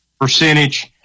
percentage